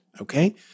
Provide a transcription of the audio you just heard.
okay